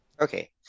Okay